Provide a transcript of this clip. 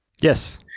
yes